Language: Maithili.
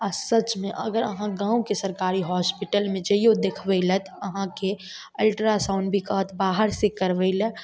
आ सचमे अगर आहाँ गाँवके सरकारी हॉस्पिटलमे जैऔ देखबै लए आहाँके अल्ट्रासाउण्ड भी कहत बाहर से करबै लए